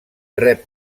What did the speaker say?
rep